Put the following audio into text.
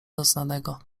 doznanego